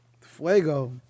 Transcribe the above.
Fuego